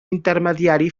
intermediari